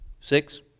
Six